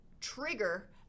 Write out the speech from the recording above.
trigger